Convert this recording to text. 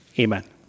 Amen